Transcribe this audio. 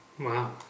Wow